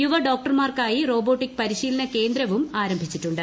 യുവ ഡോക്ടർമാർക്കായി റോബോട്ടിക് പരിശീലന കേന്ദ്രവും ആരംഭിച്ചിട്ടുണ്ട്